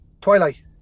Twilight